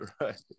right